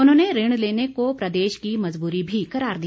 उन्होंने ऋण लेने को प्रदेश की मजबूरी भी करार दिया